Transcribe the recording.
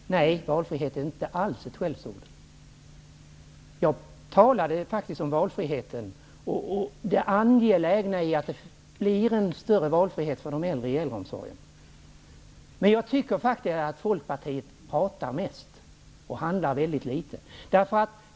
Herr talman! Valfrihet är inte alls ett skällsord. Jag talade faktiskt om valfriheten och det angelägna i att det blir en större valfrihet för de äldre i äldreomsorgen. Jag tycker faktiskt att Folkpartiet mest pratar och handlar väldigt litet.